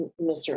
mr